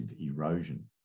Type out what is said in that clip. erosion